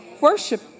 Worship